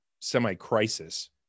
semi-crisis